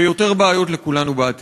ויותר בעיות לכולנו בעתיד.